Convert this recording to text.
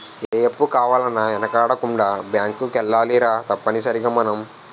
ఏ అప్పు కావాలన్నా యెనకాడకుండా బేంకుకే ఎల్లాలిరా తప్పనిసరిగ మనం